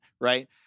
right